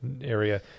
area